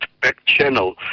back-channel